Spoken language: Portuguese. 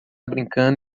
brincando